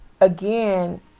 again